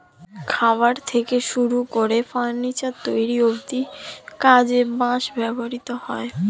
খাবার থেকে শুরু করে ফার্নিচার তৈরি অব্ধি কাজে বাঁশ ব্যবহৃত হয়